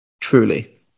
Truly